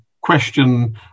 question